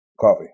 Coffee